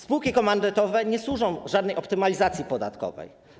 Spółki komandytowe nie służą żadnej optymalizacji podatkowej.